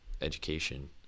education